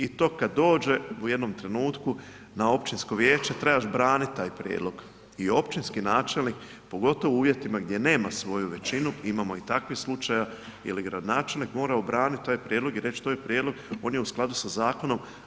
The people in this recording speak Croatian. I to kada dođe u jednom trenutku na općinsko vijeće trebaš braniti taj prijedlog i općinski načelnik pogotovo u uvjetima gdje nema svoju većinu, imamo i takvih slučajeva ili gradonačelnik mora obraniti taj prijedlog i reć to je prijedlog on je u skladu sa zakonom.